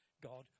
God